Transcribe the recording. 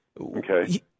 Okay